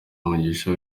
umugisha